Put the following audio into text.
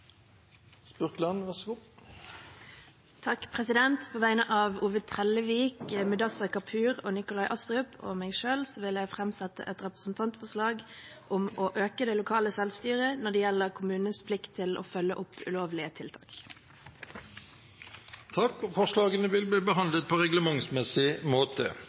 På vegne av Ove Trellevik, Mudassar Kapur, Nikolai Astrup og meg selv vil jeg framsette et representantforslag om å øke det lokale selvstyret når det gjelder kommunenes plikt til å følge opp ulovlige tiltak. Forslagene vil bli behandlet på reglementsmessig måte.